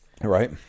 right